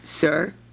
Sir